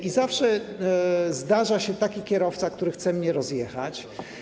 I zawsze zdarza się taki kierowca, który chce mnie rozjechać.